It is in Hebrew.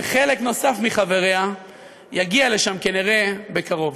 וחלק נוסף מחבריה יגיע לשם כנראה בקרוב.